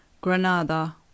Granada